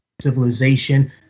civilization